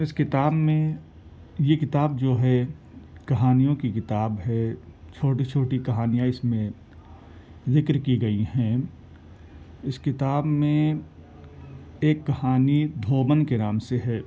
اس کتاب میں یہ کتاب جو ہے کہانیوں کی کتاب ہے چھوٹی چھوٹی کہانیاں اس میں ذکر کی گئی ہیں اس کتاب میں ایک کہانی دھوبن کے نام سے ہے